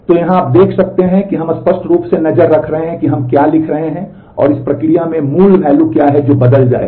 तो यहाँ आप देख सकते हैं कि हम स्पष्ट रूप से नज़र रख रहे हैं कि हम क्या लिख रहे हैं और इस प्रक्रिया में मूल वैल्यू क्या है जो बदल जाएगा